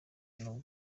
inyuma